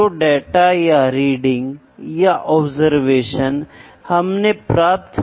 metrology measurement का विज्ञान है